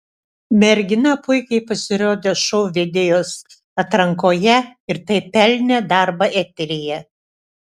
mergina puikiai pasirodė šou vedėjos atrankoje ir taip pelnė darbą eteryje